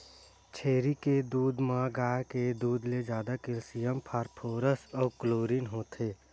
छेरी के दूद म गाय के दूद ले जादा केल्सियम, फास्फोरस अउ क्लोरीन होथे